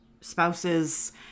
spouses